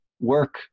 work